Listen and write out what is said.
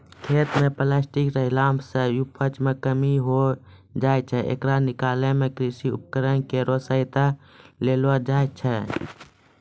खेत म प्लास्टिक रहला सें उपज मे कमी होय जाय छै, येकरा निकालै मे कृषि उपकरण केरो सहायता लेलो जाय छै